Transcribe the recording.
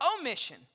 omission